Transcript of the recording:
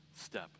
step